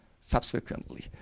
subsequently